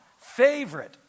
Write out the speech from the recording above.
favorite